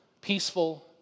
peaceful